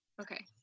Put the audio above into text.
Okay